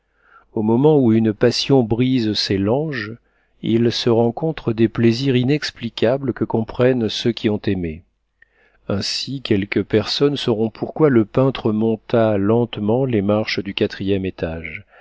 au moment où une passion brise ses langes il se rencontre des plaisirs inexplicables que comprennent ceux qui ont aimé ainsi quelques personnes sauront pourquoi le peintre monta lentement les marches du quatrième étage